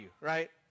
right